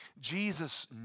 Jesus